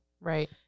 Right